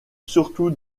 surtout